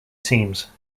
teams